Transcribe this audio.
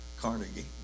Carnegie